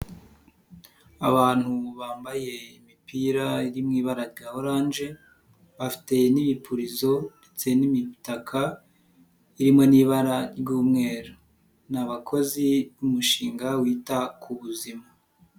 Abantu bambaye imipira iri mu ibara rya oranje bafte n'ibipurizo ndetse n'imitaka irimo n'ibara ry'umweru ni abakozi b'umushinga wita ku buzima.